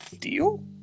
deal